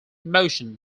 motion